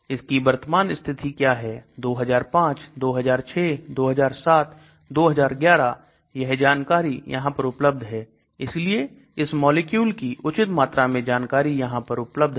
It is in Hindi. इस की वर्तमान स्थिति क्या है 2005 2006 2007 2011 यह जानकारी यहां पर उपलब्ध है इसलिए इस मॉलिक्यूल की उचित मात्रा में जानकारी यहां पर उपलब्ध है